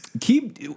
Keep